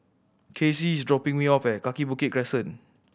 Kacey is dropping me off at Kaki Bukit Crescent